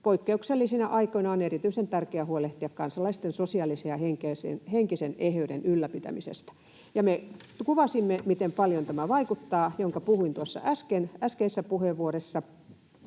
Poikkeuksellisina aikoina on erityisen tärkeää huolehtia kansalaisten sosiaalisen ja henkisen eheyden ylläpitämisestä. Ja me kuvasimme, miten paljon tämä vaikuttaa — mistä puhuin tuossa äskeisessä puheenvuorossani